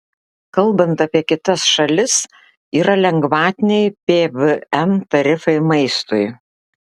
kalbant apie kitas šalis yra lengvatiniai pvm tarifai maistui